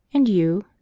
and you?